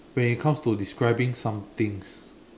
when it comes to describing something